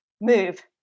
move